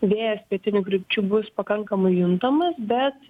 vėjas pietinių krypčių bus pakankamai juntamas bet